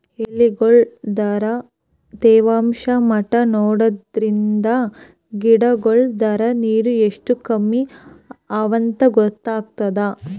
ಎಲಿಗೊಳ್ ದಾಗ ತೇವಾಂಷ್ ಮಟ್ಟಾ ನೋಡದ್ರಿನ್ದ ಗಿಡಗೋಳ್ ದಾಗ ನೀರ್ ಎಷ್ಟ್ ಕಮ್ಮಿ ಅವಾಂತ್ ಗೊತ್ತಾಗ್ತದ